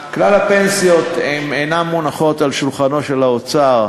כלל הפנסיות אינן מונחות על שולחנו של האוצר.